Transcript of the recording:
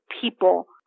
people